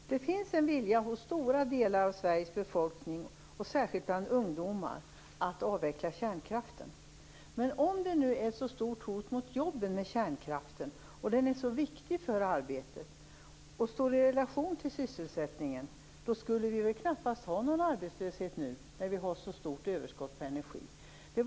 Fru talman! Det finns en vilja hos stora delar av Sveriges befolkning, och särskilt bland ungdomar, att avveckla kärnkraften. Men om kärnkraften utgör ett sådant stort hot mot jobben och om den är så viktig för arbetet och står i relation till sysselsättningen då skulle vi ju knappast ha någon arbetslöshet nu när vi har så stort överskott på energi.